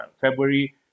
February